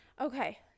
Okay